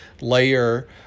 layer